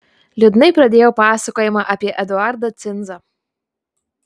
liūdnai pradėjau pasakojimą apie eduardą cinzą